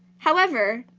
however,